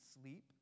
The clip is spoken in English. sleep